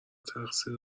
تقصیر